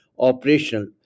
Operational